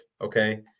Okay